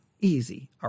easy